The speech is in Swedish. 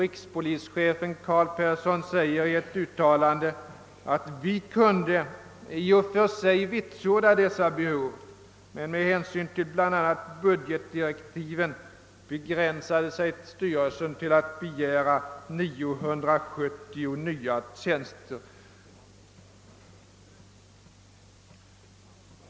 Rikspolischefen Carl Persson säger i ett uttalande: »Vi kunde i och för sig vitsorda dessa behov», men med hänsyn bl.a. till budgetdirektiven begränsade sig styrelsen till att begära 970 nya tjänster.